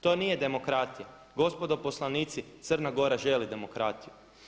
To nije demokratija, gospodo poslanici Crna Gora želi demokratiju.